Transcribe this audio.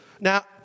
now